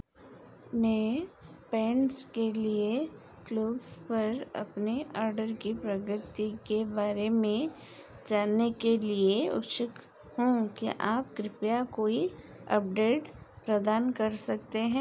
मैं पैंट्स के लिए कूव्स पर अपने ऑर्डर की प्रगति के बारे में जानने के लिए उत्सुक हूँ क्या आप कृपया कोई अपडेट प्रदान कर सकते हैं